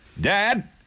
Dad